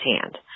hand